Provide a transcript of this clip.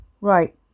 right